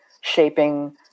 shaping